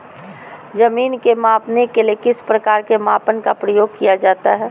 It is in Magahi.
जमीन के मापने के लिए किस प्रकार के मापन का प्रयोग किया जाता है?